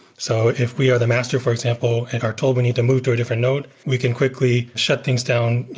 so if we are the master for example and are told we need to move to a different node, we can quickly shut things down,